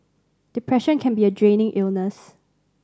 depression can be a draining illness